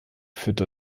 führte